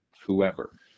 whoever